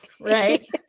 right